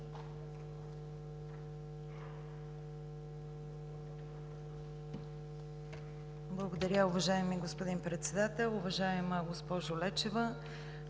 Благодаря, уважаеми господин Председател! Уважаема госпожо Лечева,